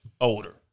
older